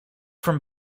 from